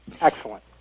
Excellent